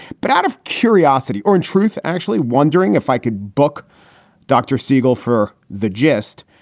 but out of curiosity or in truth, actually wondering if i could book dr. siegel for the gist.